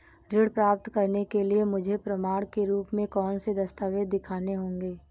ऋण प्राप्त करने के लिए मुझे प्रमाण के रूप में कौन से दस्तावेज़ दिखाने होंगे?